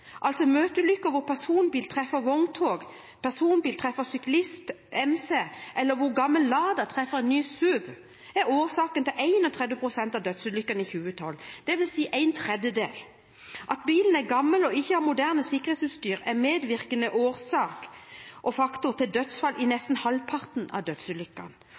altså møteulykker hvor personbil treffer vogntog, personbil treffer syklist eller MC, eller hvor gammel Lada treffer ny SUV – var årsak til 31 pst. av dødsulykkene i 2012, dvs. en tredjedel. At bilen er gammel og ikke har moderne sikkerhetsutstyr, er medvirkende årsak og faktor til dødsfall i nesten halvparten av dødsulykkene,